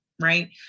right